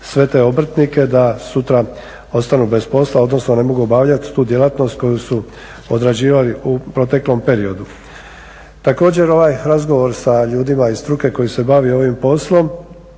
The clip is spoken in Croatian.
sve te obrtnike da sutra ostanu bez posla, odnosno ne mogu obavljati tu djelatnost koju su odrađivali u proteklom periodu. Također ovaj razgovor sa ljudima iz struke koji se bave ovim poslom